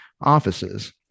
offices